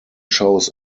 shows